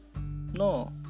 No